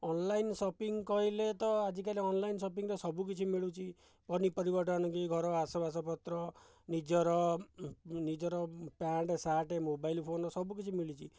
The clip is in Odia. ଅନଲାଇନ୍ ସପିଂ କହିଲେ ତ ଆଜିକାଲି ଅନଲାଇନ୍ ସପିଂରେ ସବୁକିଛି ମିଳୁଛି ପନିପରିବାଠୁ ଆଣିକି ଘର ଆସବାସପତ୍ର ନିଜର ନିଜର ପ୍ୟାଣ୍ଟ ସାର୍ଟ ମୋବାଇଲ ଫୋନ୍ ସବୁକିଛି ମିଳୁଛି